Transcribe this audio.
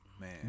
man